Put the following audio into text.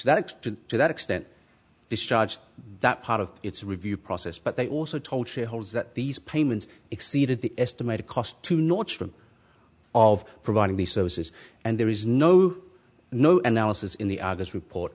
that to that extent this charge that part of its review process but they also told shareholders that these payments exceeded the estimated cost to nordstrom of providing the services and there is no no analysis in the august report